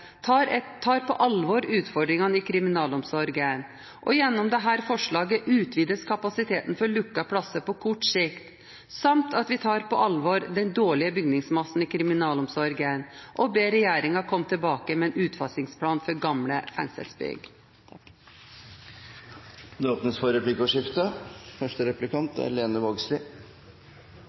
tar utfordringene i kriminalomsorgen på alvor, for gjennom dette forslaget utvides kapasiteten for lukkede plasser på kort sikt, samt at vi tar på alvor den dårlige bygningsmassen i kriminalomsorgen og ber regjeringen komme tilbake med en utfasingsplan for gamle fengselsbygg. Det blir replikkordskifte.